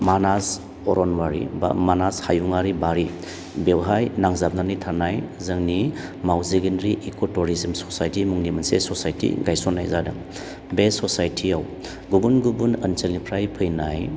मानास अरनबारि बा मानास हायुंआरि बारि बेवहाय नांजाबनानै थानाय जोंनि मावजि गेन्द्रि इक' टुरिजोम ससायटि मुंनि मोनसे ससायटि गायसननाय जादों बे ससायटियाव गुबुन गुबुन ओनसोलनिफ्राय फैनाय